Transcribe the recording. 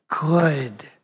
good